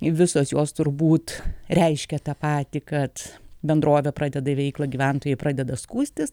visos jos turbūt reiškia tą patį kad bendrovė pradeda veiklą gyventojai pradeda skųstis